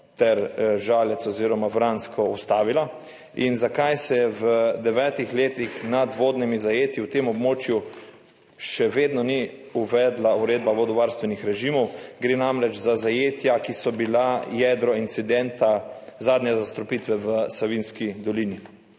ter Žalec oziroma Vransko ustavila? Zakaj se v devetih letih nad vodnimi zajetji na tem območju še vedno ni uvedla uredba vodovarstvenih režimov? Gre namreč za zajetja, ki so bila jedro incidenta zadnje zastrupitve v Savinjski dolini.